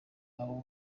abo